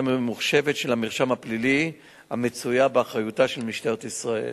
הממוחשבת של המרשם הפלילי המצויה באחריותה של משטרת ישראל.